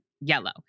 yellow